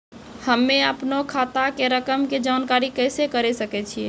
हम्मे अपनो खाता के रकम के जानकारी कैसे करे सकय छियै?